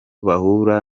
bahura